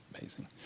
amazing